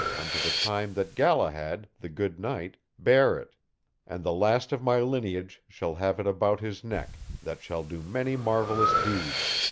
unto the time that galahad, the good knight, bare it and the last of my lineage shall have it about his neck, that shall do many marvelous deeds.